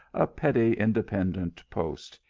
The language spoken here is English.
a petty independent post,